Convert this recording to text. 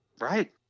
right